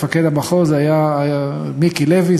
מפקד המחוז היה מיקי לוי,